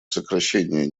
сокращения